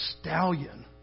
stallion